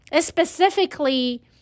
specifically